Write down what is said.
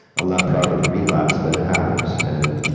i'm not proud of the relapse but it happened, and